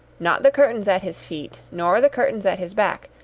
not the curtains at his feet, nor the curtains at his back,